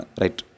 right